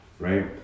Right